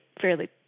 fairly